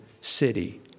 city